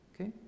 Okay